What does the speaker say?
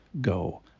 go